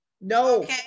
No